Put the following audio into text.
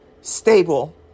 stable